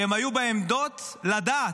שהם היו בעמדות לדעת.